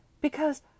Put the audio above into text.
Because